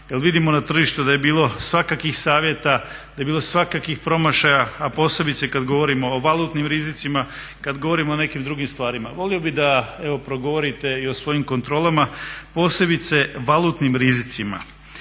jer vidimo na tržištu da je bilo svakakvih savjeta, da je bilo svakakvih promašaja a posebice kad govorimo o valutnim rizicima, kad govorimo o nekim drugim stvarima. Volio bih da evo progovorite i o svojim kontrolama, posebice valutnim rizicima.